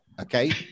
okay